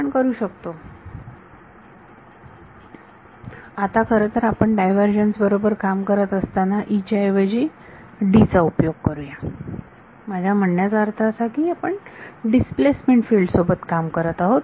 आपण करू शकतो आता खरतर आपण डायव्हर्जन्स बरोबर काम करत असताना E ऐवजी D चा उपयोग करूया माझ्या म्हणण्याचा अर्थ असा की आपण डिस्प्लेसमेंट फिल्ड सोबत काम करत आहात